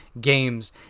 games